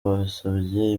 basabye